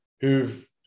who've